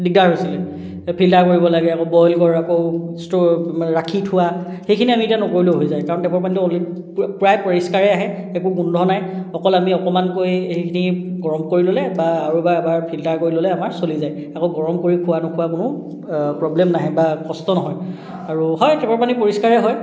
দিগদাৰ হৈছিলে ফিল্টাৰ কৰিব লাগে আকৌ বইল কৰ আকৌ ষ্টৰ ৰাখি থোৱা সেইখিনি আমি এতিয়া নকৰিলেও হৈ যায় কাৰণ টেপৰ পানীটো অল প্ৰায় পৰিস্কাৰেই আহে একো গোন্ধ নাই অকল আমি অকণমান কৈ এইখিনি গৰম কৰি ল'লে বা আৰু এবাৰ ফিল্টাৰ কৰি ল'লে আমাৰ চলি যায় আকৌ গৰম কৰি খোৱা নোখোৱা কোনো প্ৰব্লেম নাহে বা কষ্ট নহয় আৰু হয় টেপৰ পানী পৰিস্কাৰেই হয়